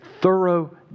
thorough